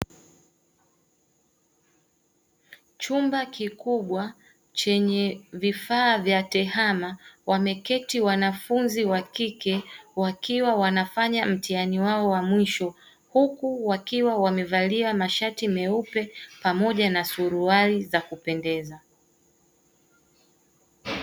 Chumba kikubwa chenye vifaa vya tehama wameketi wanafunzi wa kike wakiwa wanafanya mtihani wao wa mwisho, huku wakiwa wamevalia mashati meupe pamoja na suruali za kupendeza.